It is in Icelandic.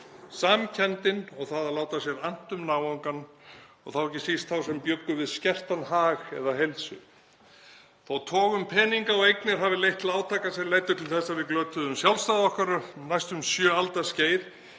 samkenndin og það að láta sér annt um náungann og ekki síst þá sem bjuggu við skertan hag eða heilsu. Þótt tog um peninga og eignir hafi leitt til átaka sem leiddu til þess að við glötuðum sjálfstæði okkar um næstu sjö alda skeið